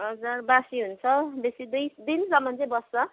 हजुर बासी हुन्छ बेसी दुई दिनसम्म चाहिँ बस्छ